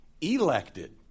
elected